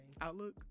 outlook